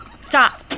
Stop